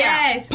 Yes